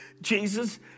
Jesus